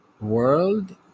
world